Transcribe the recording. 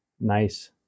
nice